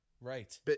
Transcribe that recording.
right